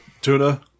tuna